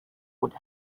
would